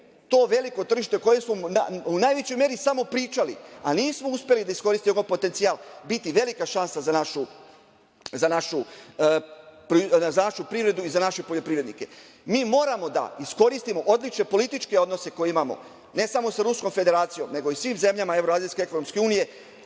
to veliko tržište o kojem smo u najvećoj meri samo pričali, a nismo uspeli da iskoristimo potencijal biti velika šansa za našu privredu i za naše poljoprivrednike. Mi moramo da iskoristimo odlične političke odnose koje imamo, a ne samo sa Ruskom Federacijom, nego i sa svim zemljama